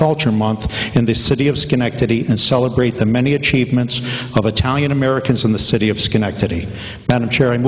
culture month and the city of schenectady and celebrate the many achievements of italian americans in the city of schenectady